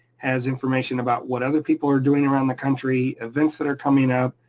has information about what other people are doing around the country, events that are coming up,